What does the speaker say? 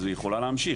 אז היא יכולה להמשיך.